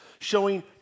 showing